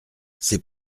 c’est